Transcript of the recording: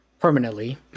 permanently